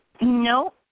No